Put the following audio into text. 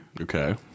Okay